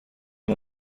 نوع